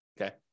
okay